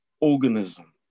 organism